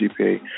GPA